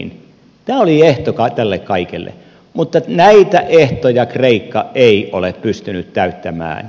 tämä oli ehto tälle kaikelle mutta näitä ehtoja kreikka ei ole pystynyt täyttämään